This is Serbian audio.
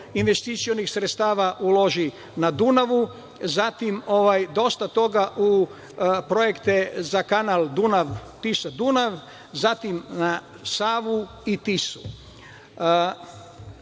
investicionih sredstava uloži na Dunavu, zatim dosta toga u projekte za kanal Dunav-Tisa-Dunav, zatim na Savu i